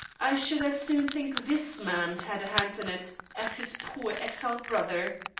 i should as soon think this man had a hand in it as his poor exiled brother.